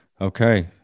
Okay